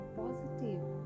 positive